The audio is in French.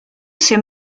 ses